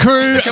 Crew